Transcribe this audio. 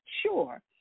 sure